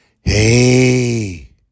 hey